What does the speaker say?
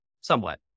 somewhat